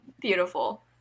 Beautiful